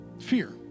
Fear